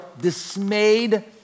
dismayed